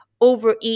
overeat